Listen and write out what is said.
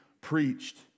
preached